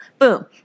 Boom